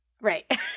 Right